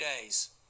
days